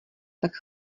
tak